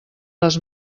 les